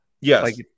Yes